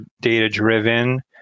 data-driven